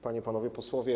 Panie i Panowie Posłowie!